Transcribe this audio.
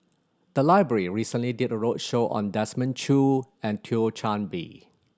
the library recently did a roadshow on Desmond Choo and Thio Chan Bee